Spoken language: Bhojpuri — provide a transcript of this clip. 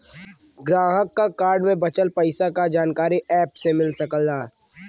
ग्राहक क कार्ड में बचल पइसा क जानकारी एप से मिल सकला